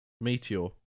Meteor